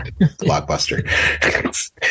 Blockbuster